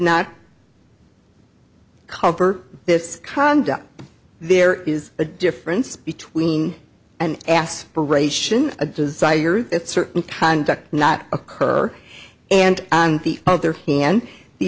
not cover this conduct there is a difference between an aspiration a desire that certain tonka not occur and on the other hand the